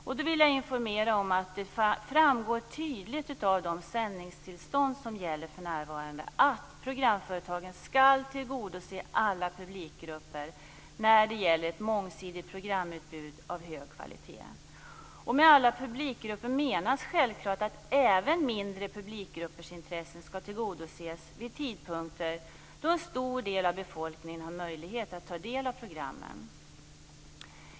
Jag vill informera om att det tydligt framgår av de sändningstillstånd som gäller för närvarande att programföretagen skall tillgodose alla publikgrupper när det gäller ett mångsidigt programutbud av hög kvalitet. Med "alla publikgrupper" menas självfallet att även mindre publikgruppers intressen skall tillgodoses vid tidpunkter då en stor del av befolkningen har möjlighet att ta del av programmen.